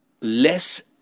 less